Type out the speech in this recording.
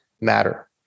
matter